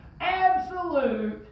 absolute